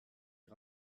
est